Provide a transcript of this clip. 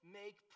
make